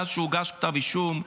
מאז שהוגש כתב אישום,